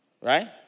Right